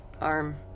arm